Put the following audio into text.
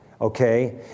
Okay